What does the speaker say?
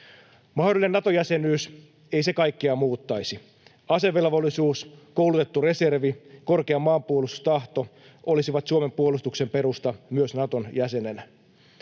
Mahdollinen Nato-jäsenyys — ei se kaikkea muuttaisi. Asevelvollisuus, koulutettu reservi, korkea maanpuolustustahto olisivat Suomen puolustuksen perusta myös Naton jäsenenä.